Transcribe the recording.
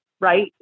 right